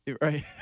Right